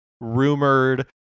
rumored